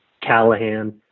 Callahan